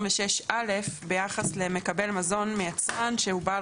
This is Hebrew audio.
ב-126(א) ביחס למקבל מזון מיצרן שהוא בעל